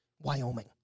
Wyoming